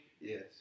Yes